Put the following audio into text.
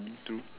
into